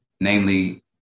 Namely